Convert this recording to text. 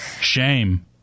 Shame